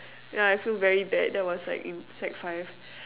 yeah I feel very bad that was like in sec five